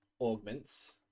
Augments